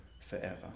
forever